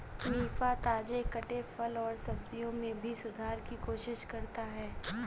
निफा, ताजे कटे फल और सब्जियों में भी सुधार की कोशिश करता है